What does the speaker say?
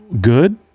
good